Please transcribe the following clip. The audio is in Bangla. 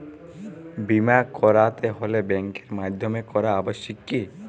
বিমা করাতে হলে ব্যাঙ্কের মাধ্যমে করা আবশ্যিক কি?